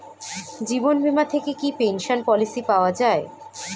জীবন বীমা থেকে কি পেনশন পলিসি পাওয়া যায়?